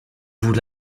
vous